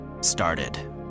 started